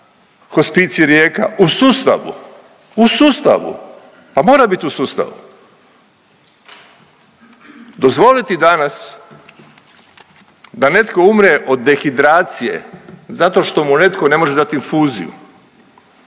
hospicij Rijeka je u sustavu, u sustavu, pa mora bit u sustavu. Dozvoliti danas da netko umre od dehidracije zato što mu netko ne može dat infuziju,